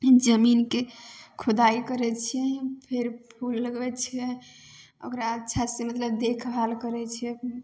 जमीनके खोदाइ करै छिए फेर फूल लगबै छिए ओकरा अच्छा से मतलब देखभाल करै छिए